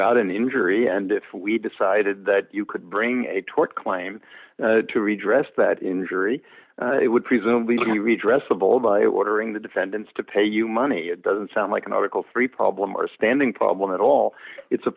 got an injury and if we decided that you could bring a tort claim to redress that injury it would presumably redress the bowl by ordering the diff and it's to pay you money it doesn't sound like an article three problem or a standing problem at all it's a